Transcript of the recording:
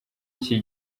iki